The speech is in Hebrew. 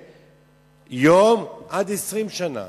מיום עד 20 שנה.